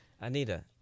Anita